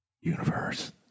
Universe